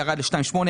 ירד ל-2.8,